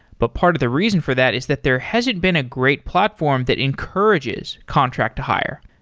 but part of the reason for that is that there hasn't been a great platform that encourages contract to hire.